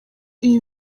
iyi